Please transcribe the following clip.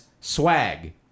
swag